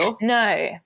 no